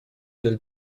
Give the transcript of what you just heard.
del